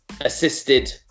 assisted